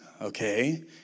okay